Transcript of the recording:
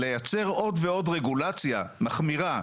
לייצר עוד ועוד רגולציה מחמירה.